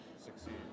succeed